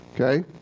okay